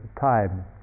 time